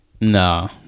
No